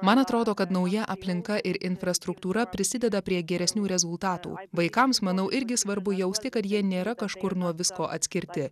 man atrodo kad nauja aplinka ir infrastruktūra prisideda prie geresnių rezultatų vaikams manau irgi svarbu jausti kad jie nėra kažkur nuo visko atskirti